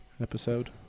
episode